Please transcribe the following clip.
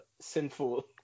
sinful